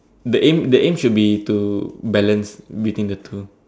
the aim the aim should be to balance between the two